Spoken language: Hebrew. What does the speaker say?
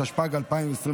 התשפ"ג 2022,